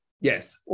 Yes